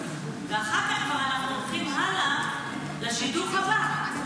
ואחר כך אנחנו כבר הולכים הלאה לשידוך הבא.